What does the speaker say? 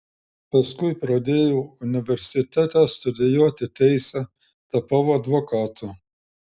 paskui pradėjau universitete studijuoti teisę tapau advokatu